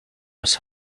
was